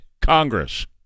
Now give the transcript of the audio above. Congress